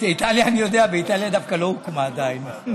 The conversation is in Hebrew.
באיטליה אני יודע, באיטליה דווקא לא הוקמה עדיין.